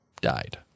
died